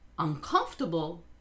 uncomfortable